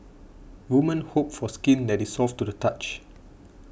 women hope for skin that is soft to the touch